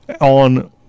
on